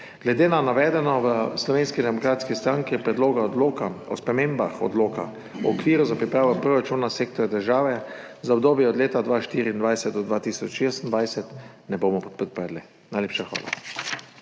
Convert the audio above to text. Glede na navedeno v Slovenski demokratski stranki Predloga odloka o spremembah Odloka o okviru za pripravo proračunov sektorja država za obdobje 2024–2026 ne bomo podprli. Najlepša hvala.